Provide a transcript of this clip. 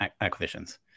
acquisitions